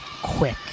quick